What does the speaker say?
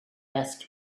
ask